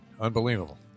Unbelievable